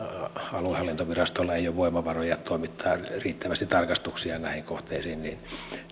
aluehallintovirastoilla ei ole voimavaroja toimittaa riittävästi tarkastuksia näihin kohteisiin eli